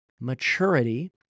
maturity